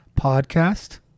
podcast